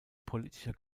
politischer